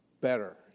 better